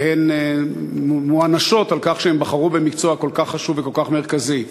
והן מוענשות על כך שהן בחרו במקצוע כל כך חשוב וכל כך מרכזי.